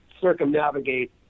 circumnavigate